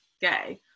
gay